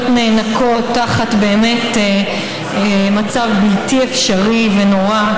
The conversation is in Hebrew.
נאנקות תחת מצב באמת בלתי אפשרי ונורא,